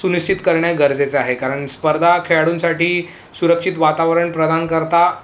सुनिश्चित करणे गरजेचं आहे कारण स्पर्धा खेळाडूंसाठी सुरक्षित वातावरण प्रदान करता